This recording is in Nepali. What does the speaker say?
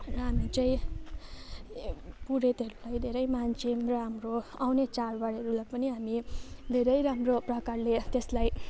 र हामी चाहिँ पुरोहितहरूलाई धेरै मान्छौँ र हाम्रो आउने चाडबाडहरूलाई पनि हामी धेरै राम्रो प्रकारले त्यसलाई